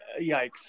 Yikes